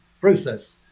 process